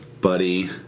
buddy